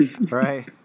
right